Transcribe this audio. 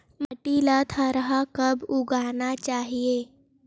माटी मा थरहा कब उगाना चाहिए?